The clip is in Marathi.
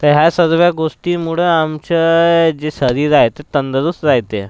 तर ह्या सर्व गोष्टीमुळं आमचं जे शरीर आहे ते तंदुरुस्त राहते